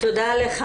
תודה לך.